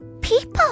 people